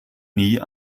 nie